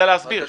אבל